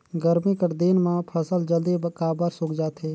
गरमी कर दिन म फसल जल्दी काबर सूख जाथे?